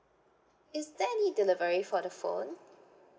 is there any delivery for the phone